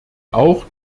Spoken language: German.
auch